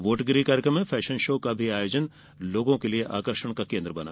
वोटगिरी कार्यक्रम में fashion show का भी आयोजन लोगों के आकर्षण का केन्द्र रहा